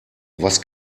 was